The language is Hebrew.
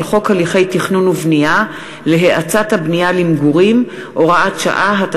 חוק הליכי תכנון ובנייה להאצת הבנייה למגורים (הוראת שעה),